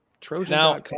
Trojan.com